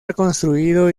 reconstruido